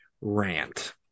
rant